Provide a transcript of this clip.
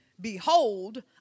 Behold